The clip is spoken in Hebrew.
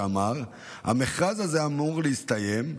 שאמר: "המכרז הזה אמור להסתיים,